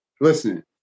listen